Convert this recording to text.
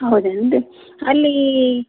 ಹೌದೇನು ರೀ ಅಲ್ಲಿ